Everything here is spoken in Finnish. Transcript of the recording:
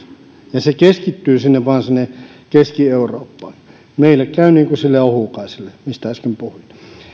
ja ne keskittyvät vain sinne keski eurooppaan meille käy niin kuin sille ohukaiselle mistä äsken puhuin